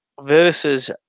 versus